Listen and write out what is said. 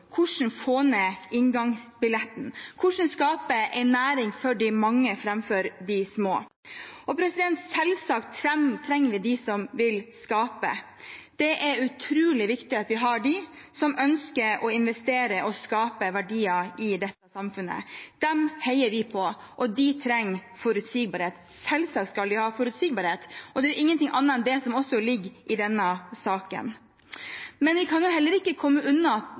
hvordan få ned inngangsbilletten, hvordan skape en næring for de mange framfor for de små. Selvsagt trenger vi dem som vil skape; det er utrolig viktig at vi har dem som ønsker å investere og å skape verdier i dette samfunnet. Dem heier vi på, og de trenger forutsigbarhet. Selvsagt skal de ha forutsigbarhet, og det er ikke noe annet enn det som ligger i denne saken. Men vi kan heller ikke komme unna